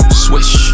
Swish